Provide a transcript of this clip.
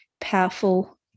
powerful